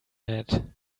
mad